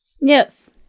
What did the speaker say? Yes